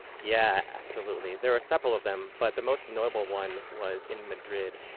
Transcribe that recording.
yeah absolutely, there were several of them. but the most notable one was in madrid,